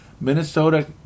Minnesota